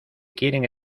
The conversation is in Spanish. quieren